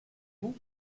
vous